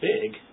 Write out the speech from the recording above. big